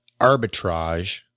arbitrage